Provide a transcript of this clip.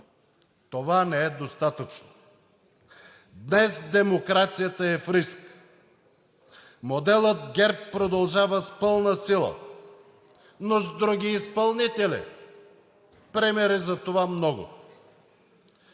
това не е достатъчно, днес демокрацията е в риск. Моделът ГЕРБ продължава с пълна сила, но с други изпълнители – примери за това много.